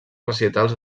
recitals